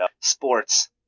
Sports